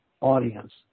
audience